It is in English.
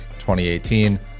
2018